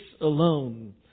alone